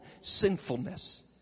sinfulness